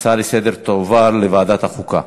ההצעה לסדר-יום תועבר לוועדת החוקה.